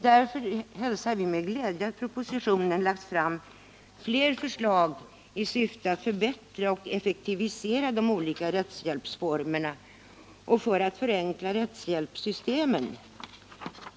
Därför hälsar vi i utskottet med glädje att i propositionen lagts fram flera förslag i syfte att förbättra och effektivisera de olika rättshjälpsformerna och förenkla rättshjälpssystemen.